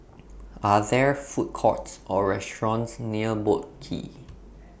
Are There Food Courts Or restaurants near Boat Quay